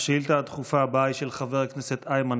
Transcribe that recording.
השאילתה הדחופה הבאה היא של חבר הכנסת איימן